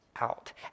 out